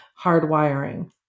hardwiring